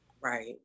Right